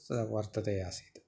स वर्तते आसीत्